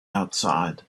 outside